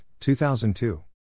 2002